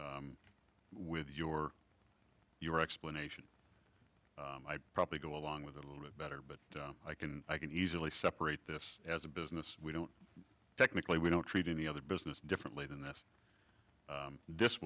with your your explanation i'd probably go along with a little bit better but i can i can easily separate this as a business we don't technically we don't treat any other business differently than this this